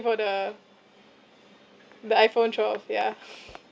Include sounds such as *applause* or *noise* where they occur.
for the the iPhone twelve yeah *laughs*